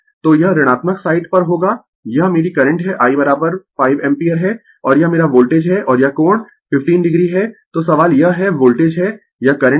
तो यह ऋणात्मक साइड पर होगा यह मेरी करंट है I 5 एम्पीयर है और यह मेरा वोल्टेज है और यह कोण 15 o है तो सवाल यह है वोल्टेज है यह करंट है